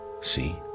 see